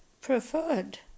preferred